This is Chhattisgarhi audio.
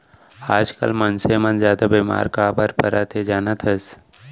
आजकाल मनसे मन जादा बेमार काबर परत हें जानत हस?